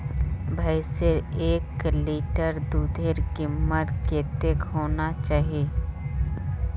भैंसेर एक लीटर दूधेर कीमत कतेक होना चही?